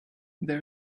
there